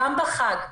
גם בחג,